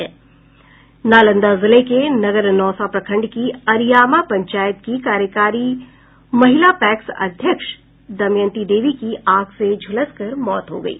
नालंदा जिले के नगरनौसा प्रखंड की अरियामा पंचायत की कार्यकारी महिला पैक्स अध्यक्ष दमयंती देवी की आग से झुलस कर मौत हो गयी